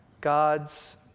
God's